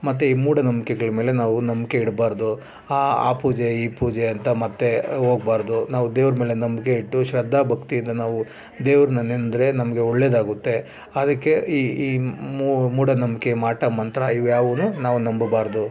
ಮತ್ತು ಈ ಮೂಢನಂಬ್ಕೆಗಳ ಮೇಲೆ ನಾವು ನಂಬಿಕೆ ಇಡಬಾರ್ದು ಆ ಪೂಜೆ ಈ ಪೂಜೆ ಅಂತ ಮತ್ತೆ ಹೋಗ್ಬಾರ್ದು ನಾವು ದೇವ್ರ ಮೇಲೆ ನಂಬಿಕೆ ಇಟ್ಟು ಶ್ರದ್ಧಾ ಭಕ್ತಿಯಿಂದ ನಾವು ದೇವ್ರನ್ನು ನೆನೆದ್ರೆ ನಮಗೆ ಒಳ್ಳೇದಾಗುತ್ತೆ ಅದಕ್ಕೆ ಈ ಈ ಮೂಢನಂಬಿಕೆ ಮಾಟಮಂತ್ರ ಇವ್ಯಾವನ್ನು ನಾವು ನಂಬಬಾರದು